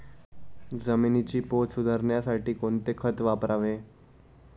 जमिनीचा पोत सुधारण्यासाठी कोणते खत वापरावे?